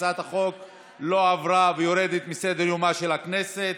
הצעת החוק לא עברה, ויורדת מסדר-יומה של הכנסת.